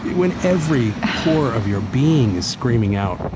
when every pore of your being is screaming out,